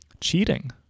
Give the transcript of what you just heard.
cheating